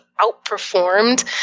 outperformed